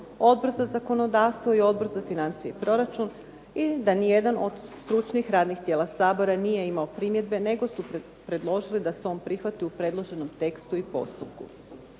Odbor za zakonodavstvo i Odbor za financije i proračun i da nijedan od stručnih radnih tijela Sabora nije imao primjedbe nego su predložili da se on prihvati u predloženom tekstu i postupku.